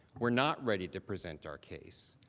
we are not ready to present our case.